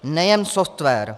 Nejen software.